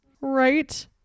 Right